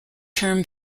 term